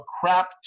crap